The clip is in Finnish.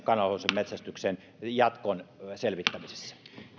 metsästyksen jatkon selvittämisessä